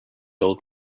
old